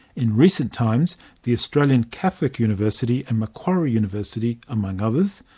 in recent times the australian catholic university and macquarie university, among others,